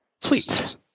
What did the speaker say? Sweet